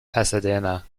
pasadena